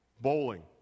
bowling